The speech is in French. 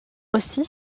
aussi